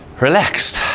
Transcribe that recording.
relaxed